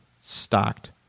stocked